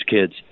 kids